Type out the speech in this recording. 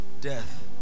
death